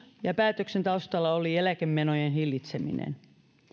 ja päätöksen taustalla oli eläkemenojen hillitseminen